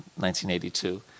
1982